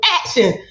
action